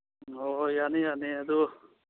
ꯍꯣꯏ ꯍꯣꯏ ꯌꯥꯅꯤ ꯌꯥꯅꯤ ꯑꯗꯨ